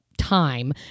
time